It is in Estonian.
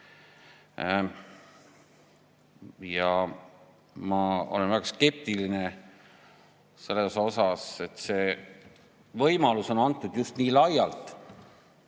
Ma olen väga skeptiline selle tõttu, et see võimalus on antud just nii laialt